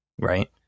right